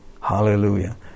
Hallelujah